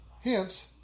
Hence